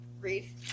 read